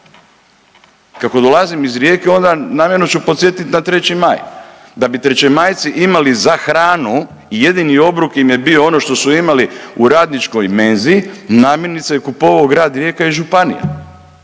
Kako dolazim iz Rijeke onda namjerno ću podsjetiti na 3. Majci, da bi trećemajci imali za hranu jedini obrok im je bio ono što su imali u radničkoj menzi, namirnice je kupovao Grad Rijeka i županija,